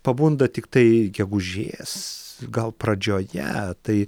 pabunda tiktai gegužės gal pradžioje tai